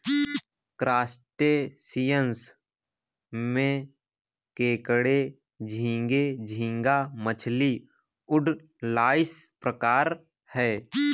crustaceans में केकड़े झींगे, झींगा मछली, वुडलाइस प्रकार है